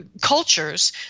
cultures